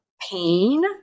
pain